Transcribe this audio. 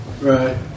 Right